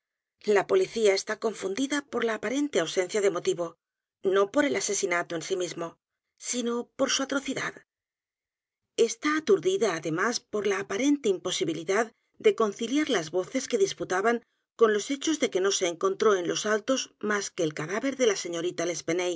la policía está confundida por la aparente ausencia de motivo no por el asesinato en sí mismo edgar poe novelas y cuentos sino por su atrocidad está aturdida además por la aparente imposibilidad de conciliar las voces que disputaban con los hechos de que no se encontró en los altos más que el cadáver de la señorita